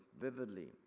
vividly